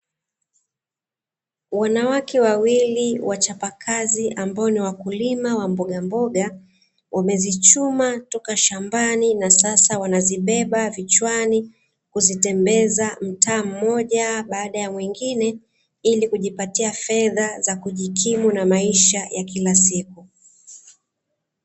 Wanawake wawilii wachapa kazi ambao ni wakulima wa mbogamboga wamezichuma toka shambani na sasa wanazibeba vichwani, kuzitembeza mtaa mmoja baada ya mwingine ili kujipatia fedha za kujikimu na maisha ya kila siku.